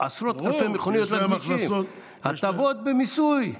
עשרות אלפי מכוניות על הכבישים, הטבות במיסוי.